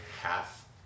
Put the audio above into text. half